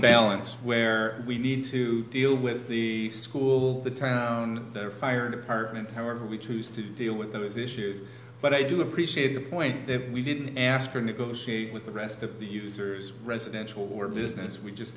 balance where we need to deal with the school the town their fire department however we choose to deal with those issues but i do appreciate the point that we didn't ask or negotiate with the rest of users residential or business we